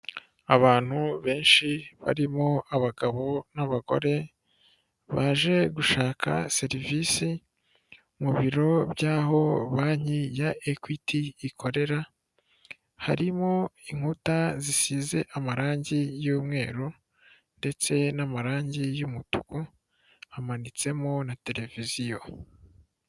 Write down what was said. Abantu benshi barimo abagabo n'abagore, baje gushaka serivisi mu biro by'aho banki ya equity ikorera, harimo inkuta zisize amarangi y'umweru ndetse n'amarangi y'umutuku hamanitsemo na televiziyo.